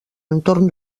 entorn